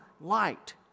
light